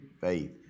faith